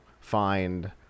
find